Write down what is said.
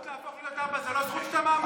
הזכות להפוך להיות אבא זו לא זכות שאתה מאמין בה?